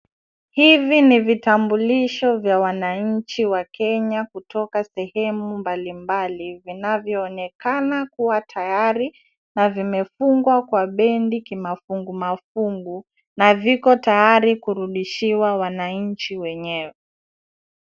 Hivi ni vitambulisho vya wananchi wa Kenya kutoka sehemu mbalimbali vinavyo onekana kuwa tayari, na vimefungwa kwa bendi kimafungumafungu, na viko tayari kurudishiwa wananchi wenyewe.